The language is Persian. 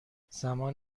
زمان